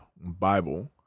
Bible